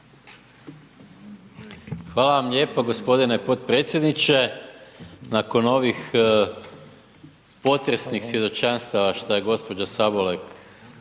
Hvala vam lijepo g. potpredsjedniče. Nakon ovih potresnih svjedočanstava šta je gđa. Sabolek